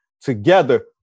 together